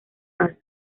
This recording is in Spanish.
paz